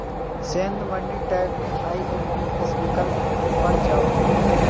send money tab मे IMPS विकल्प पर जाउ